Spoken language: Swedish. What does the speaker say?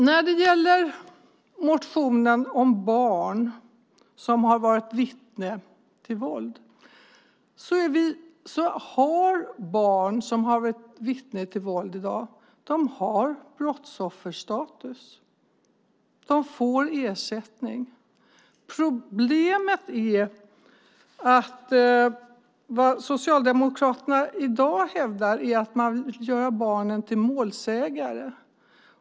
När det gäller motionen om barn som har blivit vittne till våld har dessa barn i dag brottsofferstatus. De får ersättning. Problemet är att vad Socialdemokraterna i dag hävdar är att man vill göra barnen till målsägare.